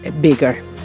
bigger